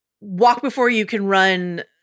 walk-before-you-can-run